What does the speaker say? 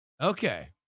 Okay